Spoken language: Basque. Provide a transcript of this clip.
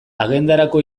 agendarako